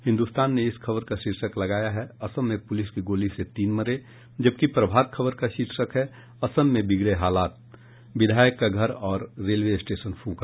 हिन्दुस्तान ने इस खबर का शीर्षक लगाया है असम में पुलिस की गोली से तीन मरे जबकि प्रभात खबर का शीर्षक है असम में बिगड़े हालात विधायक का घर और रेलवे स्टेशन फूंका